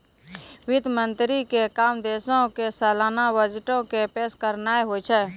वित्त मंत्री के काम देशो के सलाना बजटो के पेश करनाय होय छै